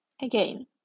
Again